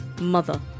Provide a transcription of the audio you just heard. Mother